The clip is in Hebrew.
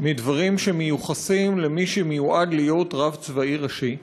מדברים שמיוחסים למי שמיועד להיות רב צבאי ראשי,